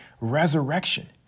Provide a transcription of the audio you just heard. resurrection